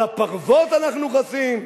על הפרוות אנחנו חסים,